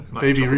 baby